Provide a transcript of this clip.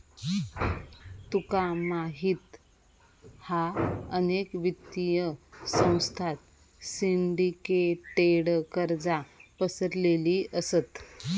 तुका माहित हा अनेक वित्तीय संस्थांत सिंडीकेटेड कर्जा पसरलेली असत